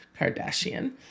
Kardashian